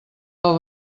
del